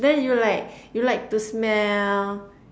then you like you like to smell